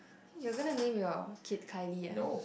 you're gonna name your kid Kylie ah